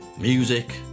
music